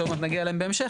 שעוד מעט נגיע אליהם בהמשך,